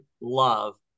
love